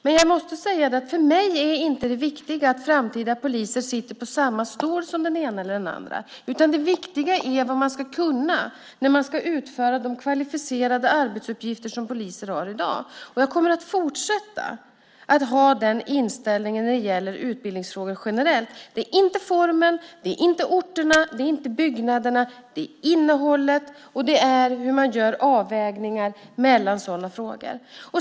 Men jag måste säga att för mig är inte det viktiga att framtida poliser sitter på samma stol som den ena eller den andra. Det viktiga är vad man ska kunna när man ska utföra de kvalificerade arbetsuppgifter som poliser har i dag. Jag kommer att fortsätta ha den inställningen när det gäller utbildningsfrågor generellt. Det är inte formen. Det är inte orterna. Det är inte byggnaderna. Det är innehållet och det är hur man gör avvägningar i sådana frågor.